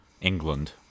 England